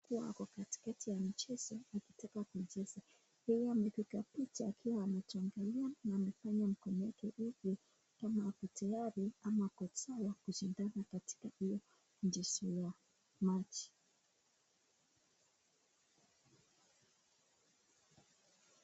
akiwa katikati ya mchezo akitaka kucheza. Yeye amepiga picha akiwa amechangamlia na amefanya mkono wake hivi kama yuko tayari ama kutaka kushindana katika hiyo ndisula. Machi.